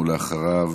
ואחריו,